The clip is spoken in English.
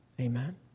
Amen